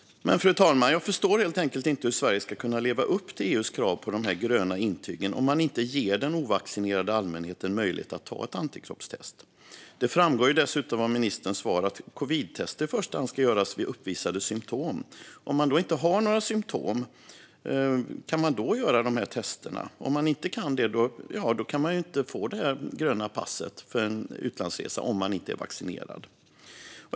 Fru talman! Jag förstår helt enkelt inte hur Sverige ska kunna leva upp till EU:s krav på gröna intyg om man inte ger den ovaccinerade allmänheten möjlighet att göra antikroppstest. Det framgår dessutom av ministerns svar att covidtester i första hand ska göras om man uppvisar symtom. Om man inte har några symtom, kan man då göra de här testerna? Om man inte kan det, ja, då kan man ju inte få det där gröna intyget för en utlandsresa om man inte är vaccinerad.